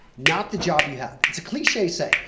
not the job you have. it's a cliche saying,